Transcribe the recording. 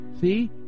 see